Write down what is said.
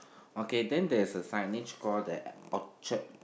okay then there is a signage call the Orchard